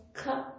cut